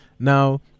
Now